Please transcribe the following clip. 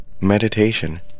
Meditation